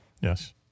Yes